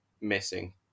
missing